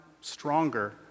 stronger